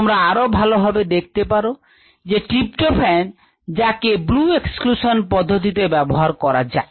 তোমরা আরো ভালোভাবে দেখতে পারো যে ট্রিপটোফেন যাকে ব্লু এক্সক্লিউশন পদ্ধতি তে ব্যাবহার করাজায়